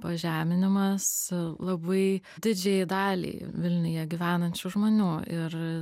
pažeminimas labai didžiajai daliai vilniuje gyvenančių žmonių ir